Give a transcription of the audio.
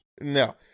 no